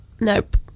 nope